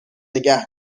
نگه